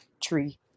tree